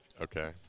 Okay